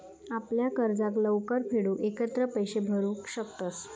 आपल्या कर्जाक लवकर फेडूक एकत्र पैशे भरू शकतंस